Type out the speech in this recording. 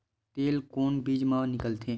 तेल कोन बीज मा निकलथे?